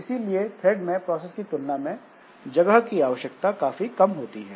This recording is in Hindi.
इसीलिए थ्रेड में प्रोसेस की तुलना में जगह की आवश्यकता काफी कम होती है